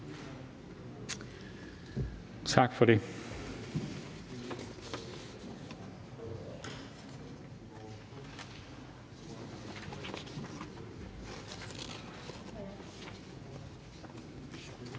Tak for det. Er